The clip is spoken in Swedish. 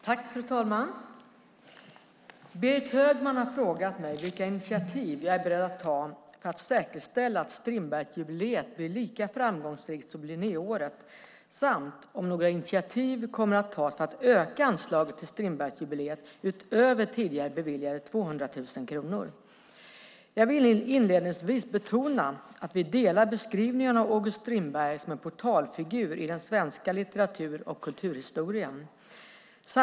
Fru talman! Berit Högman har frågat mig vilka initiativ jag är beredd att ta för att säkerställa att Strindbergsjubileet blir lika framgångsrikt som Linnéåret samt om några initiativ kommer att tas för att öka anslaget till Strindbergsjubileet utöver tidigare beviljade 200 000 kronor. Jag vill inledningsvis betona att vi delar beskrivningen av August Strindberg som en portalfigur i den svenska litteratur och kulturhistorien.